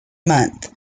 month